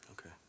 Okay